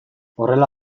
horrela